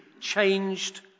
changed